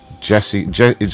Jesse